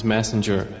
Messenger